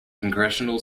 congressional